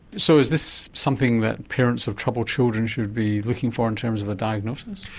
so is this something that parents of troubled children should be looking for in terms of a diagnosis?